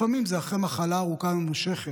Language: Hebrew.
לפעמים זה אחרי מחלה ארוכה וממושכת,